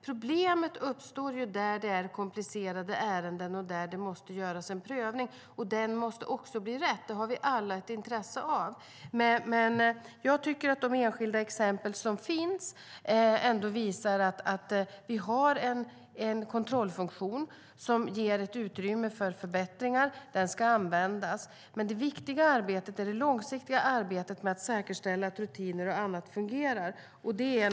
Problemet uppstår när det är komplicerade ärenden och där det måste göras en prövning. Den måste också bli rätt; det har vi alla ett intresse av. Jag tycker att de enskilda exemplen ändå visar att vi har en kontrollfunktion som ger utrymme för förbättringar, och den ska användas. Men det viktiga och långsiktiga arbetet är att säkerställa att rutinerna fungerar.